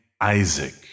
Isaac